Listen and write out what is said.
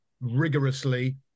rigorously